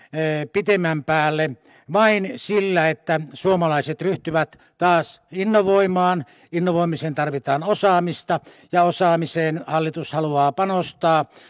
pitemmän päälle vain sillä että suomalaiset ryhtyvät taas innovoimaan innovoimiseen tarvitaan osaamista ja osaamiseen hallitus haluaa panostaa